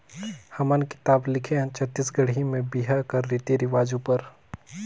हमन किताब लिखे हन छत्तीसगढ़ी में बिहा कर रीति रिवाज उपर